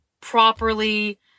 properly